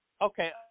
okay